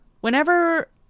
Whenever